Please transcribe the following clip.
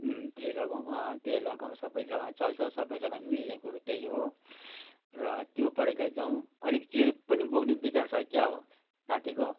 उम् त्यही लगाउँ अँ त्यही लगाउँ सबैसँग चल्छ सबैसँग मिल्ने कुरो त्यही हो र त्यो प्रकारले जाउँ अलिक चिरिप पनि बोक्ने बिचार छ क्याउ साथीको